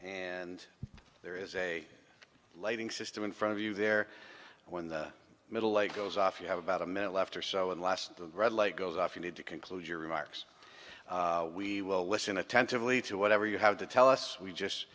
and there is a lighting system in front of you there when the middle like goes off you have about a minute left or so in last the red light goes off you need to conclude your remarks we will listen attentively to whatever you have to tell us we just